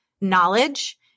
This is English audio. knowledge